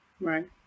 Right